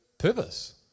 Purpose